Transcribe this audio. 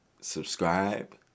subscribe